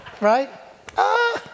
Right